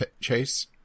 Chase